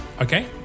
Okay